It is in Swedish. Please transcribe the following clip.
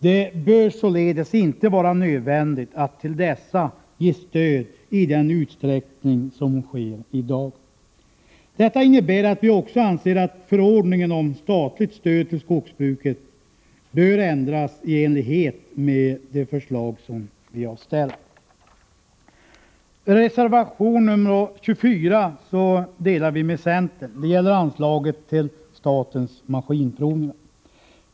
Det bör således inte vara nödvändigt att ge dem stöd i den utsträckning som sker i dag. Detta innebär att vi också anser att förordningen om statligt stöd till skogsbruket bör ändras i enlighet med det förslag som vi har lagt fram. Reservation 24 delar vi med centern. Det gäller anslaget till statens maskinprovningar.